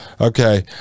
Okay